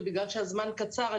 בגלל שהזמן קצר,